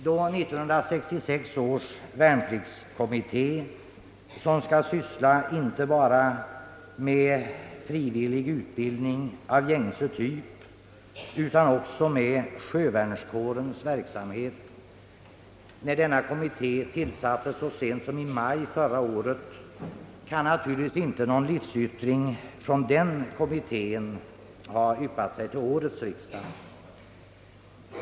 Då 1966 års värnpliktskommitté tillsattes så sent som i maj förra året och skall syssla håde med frivillig utbildning av gängse typ och med sjövärnskårens verksamhet, kan naturligtvis inte någon livsyttring från den kommittén ha yppat sig till årets riksdag.